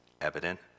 evident